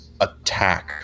attack